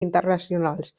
internacionals